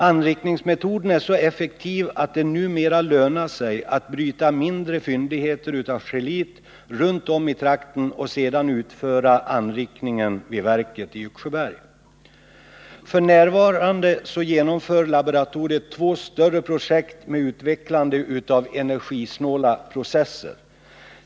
Anrikningsmeto den är så effektiv att det numera lönar sig att bryta mindre fyndigheter av scheelit runt om i trakten och sedan utföra anrikningen vid verket i Yxsjöberg. F.n. genomför laboratoriet två större projekt med utvecklande av energisnåla processer.